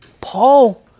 Paul